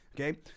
Okay